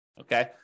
okay